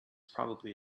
probably